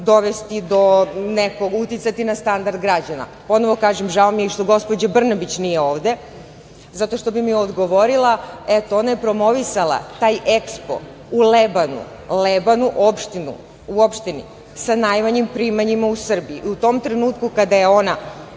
stadionom uticati na standard građana. Ponovo kažem, žao mi je što gospođa Brnabić nije ovde zato što bi mi odgovorila. Eto ona je promovisala taj EKSPO u Lebanu, Lebanu opštini sa najmanjim primanjima u Srbiji. U tom trenutku kada je ona